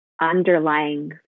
underlying